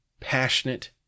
passionate